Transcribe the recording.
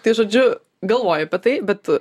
tai žodžiu galvoji apie tai bet